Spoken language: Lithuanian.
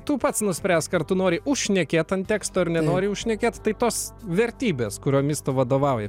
tų pats nuspręsk ar tu nori užšnekėt ant teksto ar nenori užšnekėt tai tos vertybės kuriomis tu vadovaujies